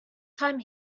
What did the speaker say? time